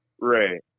Right